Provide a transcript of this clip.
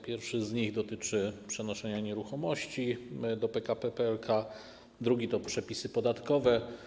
Pierwszy z nich dotyczy przenoszenia nieruchomości do PKP PLK, drugi to przepisy podatkowe.